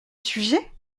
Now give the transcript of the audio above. sujet